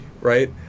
right